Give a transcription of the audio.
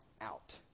out